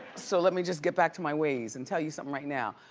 so let me just get back to my ways and tell you something right now.